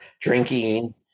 drinking